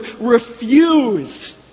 refuse